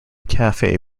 cafe